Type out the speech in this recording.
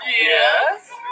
yes